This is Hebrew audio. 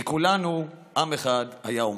כי כולנו עם אחד, היה אומר.